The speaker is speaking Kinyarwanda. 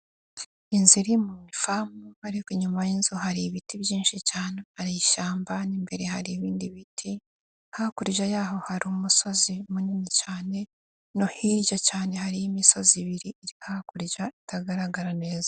Inzu iri mu ifamu ariko inyuma y'inzu hari ibiti byinshi cyane, hari ishyamba n'imbere hari ibindi biti. Hakurya yaho hari umusozi munini cyane no hirya cyane hari imisozi ibiri iri hakurya itagaragara neza.